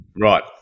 Right